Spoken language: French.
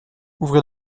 ouvrez